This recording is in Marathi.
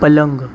पलंग